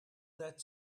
that